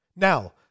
Now